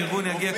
הפרגון יגיע,